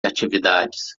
atividades